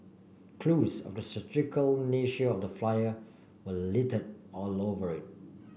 clues of the satirical nature of the flyer were littered all over it